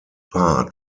part